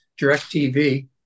DirecTV